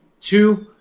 Two